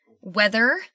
Weather